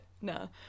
no